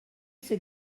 ces